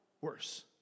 worse